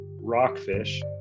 rockfish